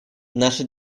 наша